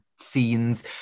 scenes